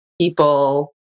people